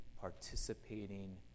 participating